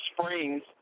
springs